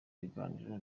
ibiganiro